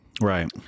Right